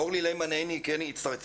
אורלי ליימן עיני הצטרפה?